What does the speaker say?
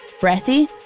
breathy